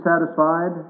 satisfied